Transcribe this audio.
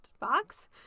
box